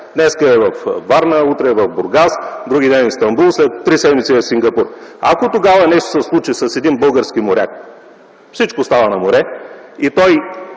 днес е във Варна, утре е в Бургас, вдругиден е в Истанбул, след три седмици е в Сингапур. Ако тогава нещо се случи с български моряк, всичко става на море, и той